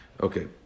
Okay